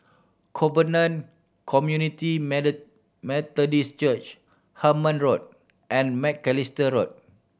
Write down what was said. Covenant Community Methodist Church Hemmant Road and Macalister Road